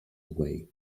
away